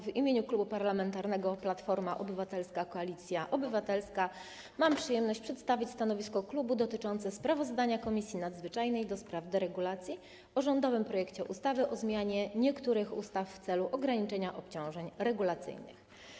W imieniu Klubu Parlamentarnego Platforma Obywatelska - Koalicja Obywatelska mam przyjemność przedstawić stanowisko klubu dotyczące sprawozdania Komisji Nadzwyczajnej do spraw deregulacji o rządowym projekcie ustawy o zmianie niektórych ustaw w celu ograniczenia obciążeń regulacyjnych.